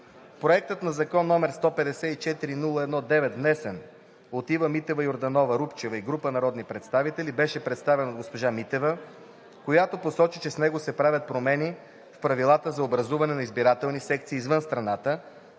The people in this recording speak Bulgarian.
Проектът на закон, № 154-01-9, внесен от Ива Митева Йорданова-Рупчева и група народни представители, беше представен от госпожа Митева, която посочи, че с него се правят промени в правилата за образуване на избирателните секции извън страната,